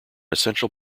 essential